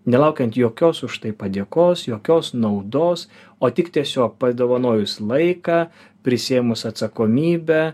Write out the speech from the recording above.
nelaukiant jokios už tai padėkos jokios naudos o tik tiesiog padovanojus laiką prisiėmus atsakomybę